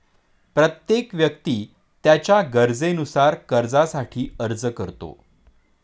प्रत्येक व्यक्ती त्याच्या गरजेनुसार कर्जासाठी अर्ज करतो